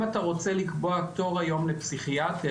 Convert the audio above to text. אם אתה רוצה לקבוע תור היום לפסיכיאטר,